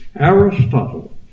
Aristotle